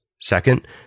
Second